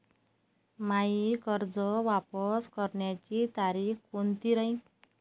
मायी कर्ज वापस करण्याची तारखी कोनती राहीन?